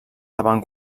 davant